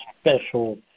special